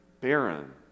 barren